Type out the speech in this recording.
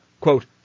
quote